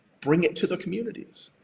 bring it to the communities.